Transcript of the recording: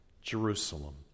Jerusalem